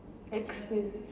exquisite